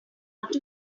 lot